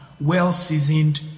well-seasoned